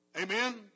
Amen